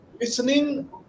listening